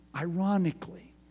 ironically